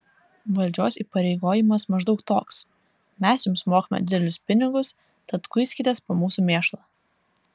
valdžios įpareigojimas maždaug toks mes jums mokame didelius pinigus tad kuiskitės po mūsų mėšlą